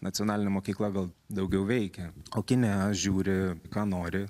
nacionalinė mokykla gal daugiau veikia o kine žiūri ką nori